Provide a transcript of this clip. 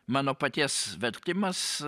mano paties vertimas